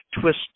twist